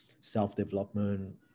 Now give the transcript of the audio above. self-development